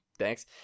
thanks